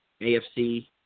AFC